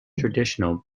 traditional